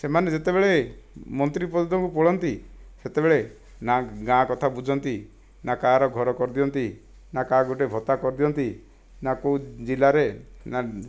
ସେମାନେ ଯେତେବେଳେ ମନ୍ତ୍ରୀ ପଦକୁ ପଳାନ୍ତି ସେତେବେଳେ ନା ଗାଁ କଥା ବୁଝନ୍ତି ନା କାହାର ଘର କରିଦିଅନ୍ତି ନା କାହାକୁ ଗୋଟିଏ ଭତ୍ତା କରିଦିଅନ୍ତି ନା କେଉଁ ଜିଲ୍ଲାରେ ନା